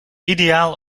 ideaal